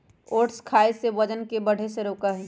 oats खाई से वजन के बढ़े से रोका हई